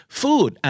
food